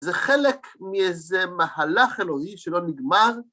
זה חלק מאיזה מהלך אלוהי שלא נגמר.